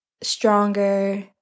stronger